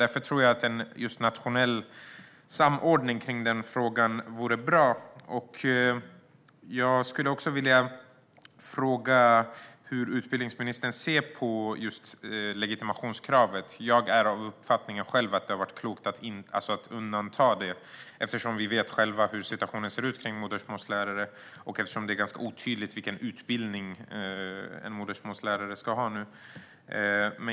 Därför tror jag att en nationell samordning i frågan vore bra. Hur ser utbildningsministern på legitimationskravet? Jag är av uppfattningen att det har varit klokt att göra undantag. Vi vet själva hur situationen ser ut med modersmålslärare, och det är otydligt vilken utbildning en modersmålslärare ska ha.